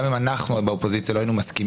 גם אם אנחנו באופוזיציה לא היינו מסכימים,